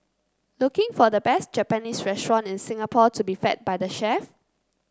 looking for the best Japanese restaurant in Singapore to be fed by the chef